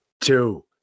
two